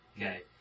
Okay